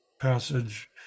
passage